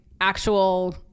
actual